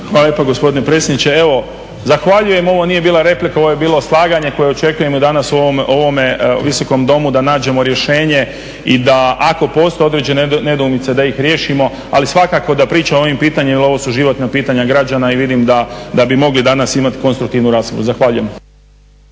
Hvala lijepo poštovani predsjedniče. Evo zahvaljujem. Ovo nije bila replika ovo je bilo slaganje koje očekujemo i danas u ovome Visokom domu da nađemo rješenje i da ako postoje određene nedoumice da ih riješimo, ali svakako da pričamo o ovim pitanjima jer ovo su životna pitanja građana i vidim da bi mogli danas imati konstruktivnu raspravu. Zahvaljujem.